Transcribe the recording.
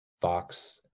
Fox